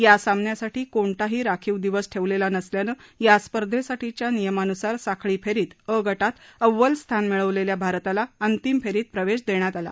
या सामन्यासाठी कोणताही राखीव दिवस ठेवलेला नसल्यानं या स्पर्धैसाठीच्या नियमानुसार साखळी फेरीत अ गटात अव्वल स्थान मिळवलेल्या भारताला अंतिम फेरीत प्रवेश देण्यात आला